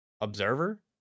observer